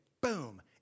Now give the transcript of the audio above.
Boom